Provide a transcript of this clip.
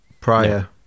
prior